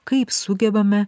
kaip sugebame